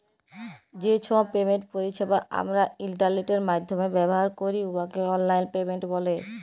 যে ছব পেমেন্ট পরিছেবা আমরা ইলটারলেটের মাইধ্যমে ব্যাভার ক্যরি উয়াকে অললাইল পেমেল্ট ব্যলে